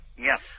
Yes